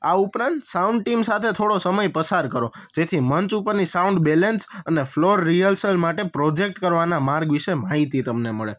આ ઉપરાંત sound team સાથે થોડો સમય પસાર કરો જેથી મંચ ઉપરની સાઉન્ડ બેલેન્સ અને ફ્લોર રિહર્સલ માટે પ્રોજેક્ટ કરવાના માર્ગ વિશે માહિતી તમને મળે